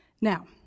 Now